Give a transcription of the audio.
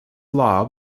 law